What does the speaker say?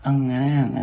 അതുപോലെ വീണ്ടും